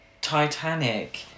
Titanic